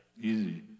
Easy